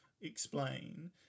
explain